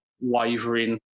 wavering